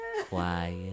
quiet